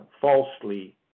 falsely